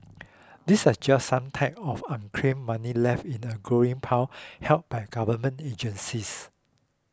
these are just some types of unclaimed money left in a growing pile held by government agencies